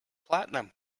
platinum